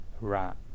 rat